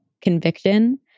conviction